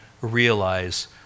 realize